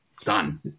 done